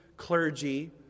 clergy